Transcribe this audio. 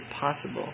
possible